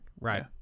Right